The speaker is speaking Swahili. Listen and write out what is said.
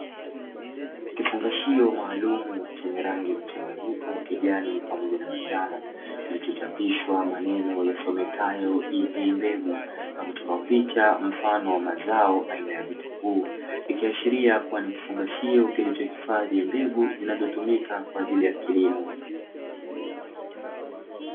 Kifungashio maalumu chenye rangi mchanganyiko kijani pamoja na manjano, kilichochapishwa maneno yasomekayo "EA mbegu", na kuchora picha mfano wa mazao aina ya vitunguu, ikiashiria kuwa ni kifungashio kilichohifadhi mbegu zinazotumika kwa ajili ya kilimo.